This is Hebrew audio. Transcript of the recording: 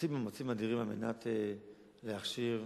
עושים